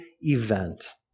event